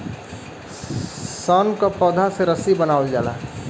सन क पौधा से रस्सी बनावल जाला